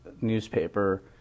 newspaper